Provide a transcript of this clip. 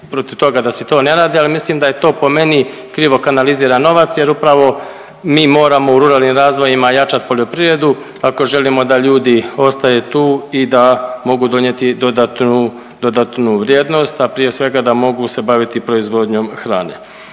protiv toga da se to ne radi, ali mislim da je to po meni krivo kanaliziran novac jer upravo mi moramo u ruralnim razvojima jačati poljoprivredu ako želimo da ljudi ostaju tu i da mogu donijeti dodatnu, dodatnu vrijednost, a prije svega da mogu se baviti proizvodnjom hrane.